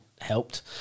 helped